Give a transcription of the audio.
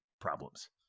problems